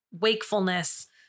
wakefulness